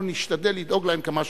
נשתדל לדאוג להם כמה שאפשר.